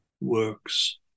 works